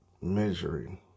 Measuring